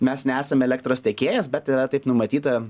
mes nesame elektros tiekėjas bet yra taip numatyta